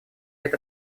это